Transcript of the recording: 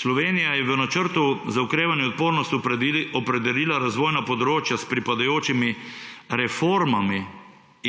Slovenija je v Načrtu za okrevanje in odpornost opredelila razvojna področja s pripadajočimi reformami